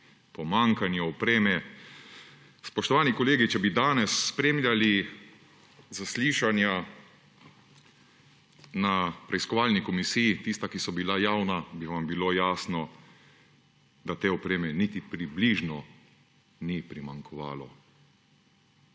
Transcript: pomanjkanju opreme. Spoštovani kolegi, če bi danes spremljali zaslišanja na preiskovalni komisiji, tista, ki so bila javna, bi vam bilo jasno, da te opreme niti približno ni primanjkovalo